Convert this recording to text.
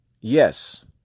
Yes